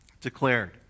declared